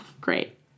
Great